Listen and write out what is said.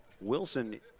Wilson